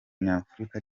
nyafurika